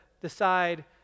decide